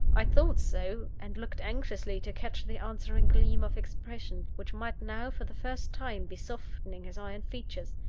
i thought so and looked anxiously to catch the answering gleam of expression, which might now, for the first time, be softening his iron features,